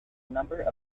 number